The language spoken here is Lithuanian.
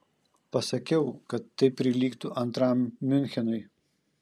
pasakiau kad tai prilygtų antram miunchenui